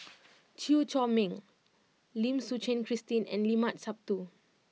Chew Chor Meng Lim Suchen Christine and Limat Sabtu